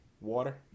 water